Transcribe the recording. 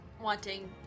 wanting